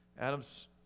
Adam's